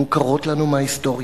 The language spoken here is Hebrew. מוכרות לנו מההיסטוריה.